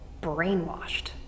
brainwashed